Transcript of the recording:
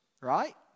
right